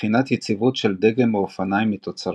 לבחינת יציבות של דגם האופניים מתוצרתה.